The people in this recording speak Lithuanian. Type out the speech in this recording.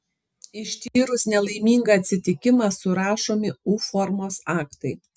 ištyrus nelaimingą atsitikimą surašomi u formos aktai